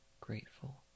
grateful